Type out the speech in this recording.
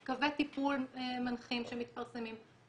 קווי טיפול מנחים שמתפרסמים.